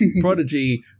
prodigy